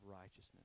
righteousness